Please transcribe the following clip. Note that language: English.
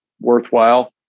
worthwhile